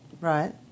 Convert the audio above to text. Right